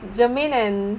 germaine and